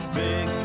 big